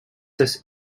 this